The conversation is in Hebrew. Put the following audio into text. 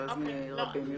ואז נהיה רבים יותר.